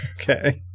Okay